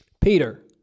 Peter